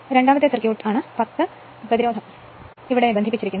രണ്ടാമത്തെ സർക്യൂട്ട് ആണ് 10 ഓവർ പ്രതിരോധം ഇവിടെ ബന്ധിപ്പിച്ചിരിക്കുന്നു